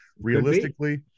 realistically